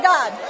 God